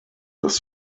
dass